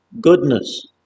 goodness